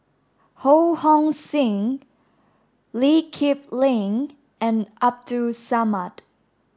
Ho Hong Sing Lee Kip Lin and Abdul Samad